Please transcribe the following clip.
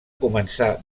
començà